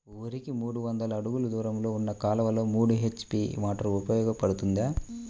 వరికి మూడు వందల అడుగులు దూరంలో ఉన్న కాలువలో మూడు హెచ్.పీ మోటార్ ఉపయోగపడుతుందా?